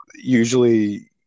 usually